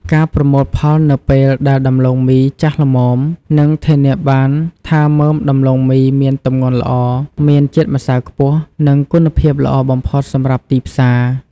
ការប្រមូលផលនៅពេលដែលដំឡូងមីចាស់ល្មម នឹងធានាបានថាមើមដំឡូងមីមានទម្ងន់ល្អ មានជាតិម្សៅខ្ពស់ និងគុណភាពល្អបំផុតសម្រាប់ទីផ្សារ។